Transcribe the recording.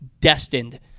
destined